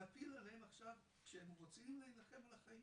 להפיל עליהם עכשיו כשהם רוצים להילחם על החיים,